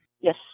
Yes